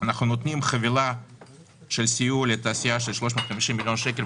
אנחנו נותנים חבילה של סיוע לתעשייה של 350 מיליון שקל,